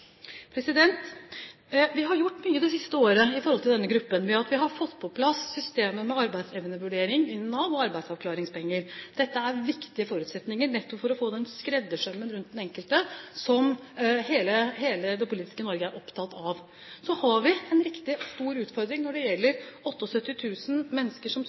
Vi har gjort mye det siste året for denne gruppen ved at vi innen Nav har fått på plass et system med arbeidsevnevurdering og arbeidsavklaringspenger. Dette er viktige forutsetninger nettopp for å få den skreddersømmen rundt den enkelte som hele det politiske Norge er opptatt av. Så har vi en riktig stor utfordring når det gjelder 78 000 mennesker som